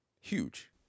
Huge